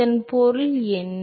இதன் பொருள் என்ன